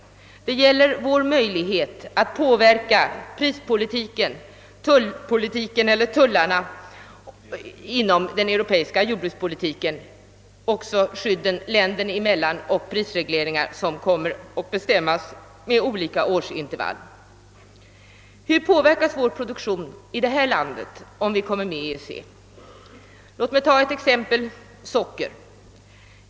Det gäller vår möjlighet att påverka prispolitiken, tullpolitiken och prisregleringarna, som kommer att fastställas med olika årsintervaller. Hur påverkas vår produktion om vi kommer med i EEC? Låt mig ta ett exempel: socker.